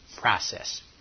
process